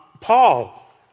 Paul